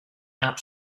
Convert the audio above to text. app